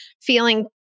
feeling